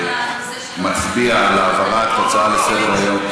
אז נצביע על העברת ההצעה לסדר-היום,